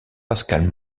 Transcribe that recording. pascale